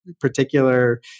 particular